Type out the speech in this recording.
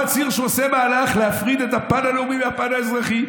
מצהיר שהוא עושה מהלך להפריד את הפן הלאומי מהפן האזרחי.